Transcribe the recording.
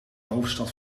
hoofdstad